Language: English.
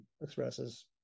expresses